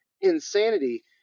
insanity